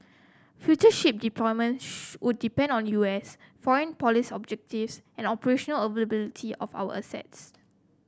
future ship deployments would depend on U S foreign policy objectives and operational availability of our assets